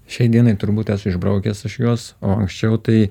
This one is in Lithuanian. šiai dienai turbūt esu išbraukęs aš juos o anksčiau tai